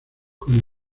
con